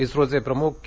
इस्रोचे प्रमुख के